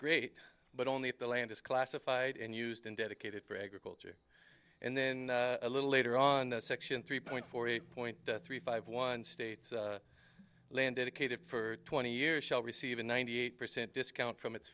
great but only if the land is classified and used and dedicated for agriculture and then a little later on the section three point four eight point three five one states landed a caitiff for twenty years shall receive a ninety eight percent discount from it